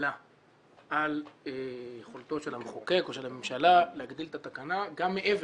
הגבלה על יכולתו של המחוקק או של הממשלה להגדיל את התקנה גם מעבר.